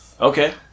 Okay